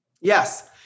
yes